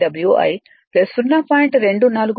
99 Wi 0